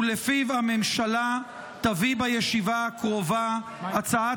ולפיו הממשלה תביא בישיבה הקרובה הצעת